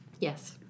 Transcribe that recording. Yes